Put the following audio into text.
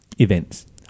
events